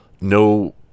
No